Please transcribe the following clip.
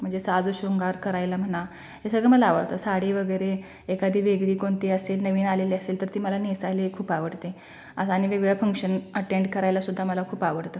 म्हणजे साज शृंगार करायला म्हणा हे सगळं मला आवडतं साडी वगैरे एखादी वेगळी कोणती असेल नवीन आलेली असेल तर ती मला नेसायला ही खूप आवडते आज आणि वेगवेगळ्या फंक्शन अटेंड करायला सुद्धा मला खूप आवडतं